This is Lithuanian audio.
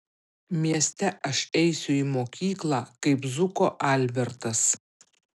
mieste aš eisiu į mokyklą kaip zuko albertas